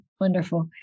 Wonderful